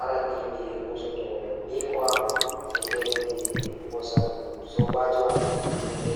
Aran ni mi hosotan miko an So mi waɗi toɗɗude kolonɗe e